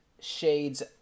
Shade's